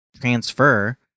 transfer